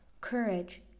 Courage